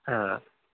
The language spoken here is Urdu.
ہاں